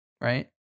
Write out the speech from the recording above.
Right